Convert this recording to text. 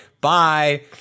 bye